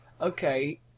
Okay